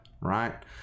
right